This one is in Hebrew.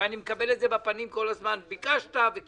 ואני מקבל את זה בפנים כל הזמן ביקשת וקיבלת.